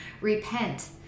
Repent